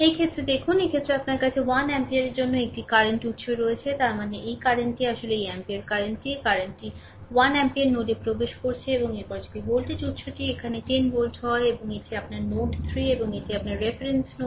এই ক্ষেত্রে দেখুন এক্ষেত্রে আপনার কাছে 1 অ্যাম্পিয়ারের জন্য এখানে একটি কারেন্ট উত্স রয়েছে তার মানে এই কারেন্ট টি আসলে এই অ্যাম্পিয়ারের কারেন্ট কারেন্ট টি 1 অ্যাম্পিয়ার নোডে প্রবেশ করছে এবং এরপরে যদি ভোল্টেজ উত্সটি এখানে 10 ভোল্ট হয় এবং এটি আপনার নোড 3 এবং এটি আপনার রেফারেন্স নোড